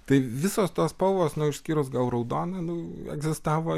tai visos tos spalvos nu išskyrus gal raudoną nu egzistavo